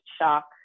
shock